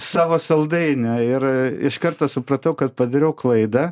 savo saldainio ir iš karto supratau kad padariau klaidą